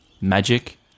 magic